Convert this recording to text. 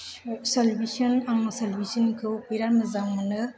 सोलबिसोन आं सोलबिसोनखौ बिराद मोजां मोनो